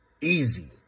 Easy